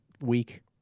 week